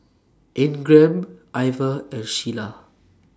Ingram Iver and Shiela